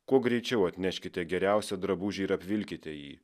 kuo greičiau atneškite geriausią drabužį ir apvilkite jį